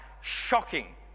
shocking